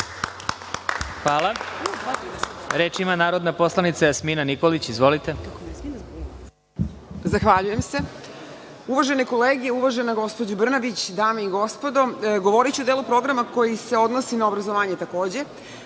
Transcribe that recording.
Hvala. Reč ima narodna poslanica Jasmina Nikolić. **Jasmina Nikolić** Zahvaljujem se. Uvažene kolege, uvažena gospođo Brnabić, dame i gospodo, govoriću o delu programa koji se odnosi na obrazovanje.